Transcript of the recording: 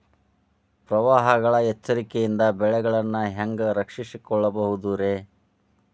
ಪ್ರವಾಹಗಳ ಎಚ್ಚರಿಕೆಯಿಂದ ಬೆಳೆಗಳನ್ನ ಹ್ಯಾಂಗ ರಕ್ಷಿಸಿಕೊಳ್ಳಬಹುದುರೇ?